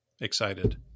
excited